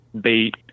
bait